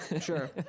Sure